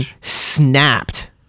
snapped